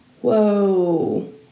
Whoa